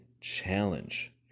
challenge